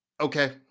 okay